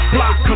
Block